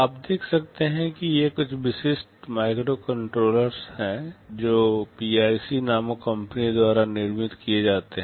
आप देख सकते हैं कि ये कुछ विशिष्ट माइक्रोकंट्रोलर हैं जो पीआईसी नामक कंपनी द्वारा निर्मित किए जाते हैं